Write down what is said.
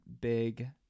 big